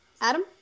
Adam